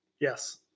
Yes